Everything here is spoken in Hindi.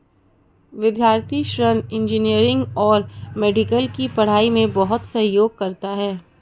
विद्यार्थी ऋण इंजीनियरिंग और मेडिकल की पढ़ाई में बहुत सहयोग करता है